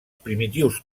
primitius